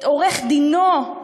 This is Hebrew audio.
את עורך-דינו,